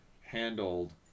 handled